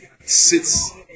sits